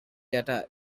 data